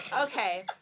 Okay